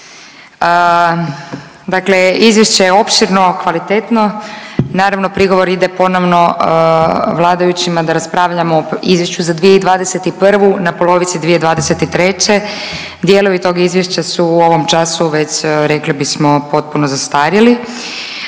Dakle izvješće je opširno i kvalitetno, naravno prigovor ide ponovno vladajućima da raspravljamo o izvješću za 2021. na polovici 2023., dijelovi tog izvješća su u ovom času već rekli bismo potpuno zastarjeli.